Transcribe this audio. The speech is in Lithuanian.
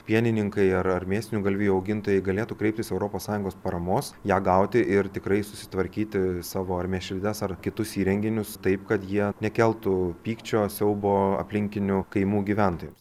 pienininkai ar ar mėsinių galvijų augintojai galėtų kreiptis europos sąjungos paramos ją gauti ir tikrai susitvarkyti savo ar mėšlides ar kitus įrenginius taip kad jie nekeltų pykčio siaubo aplinkinių kaimų gyventojams